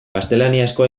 gaztelaniazko